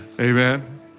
Amen